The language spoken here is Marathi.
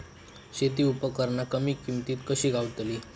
शेती उपकरणा कमी किमतीत कशी गावतली?